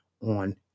on